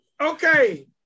Okay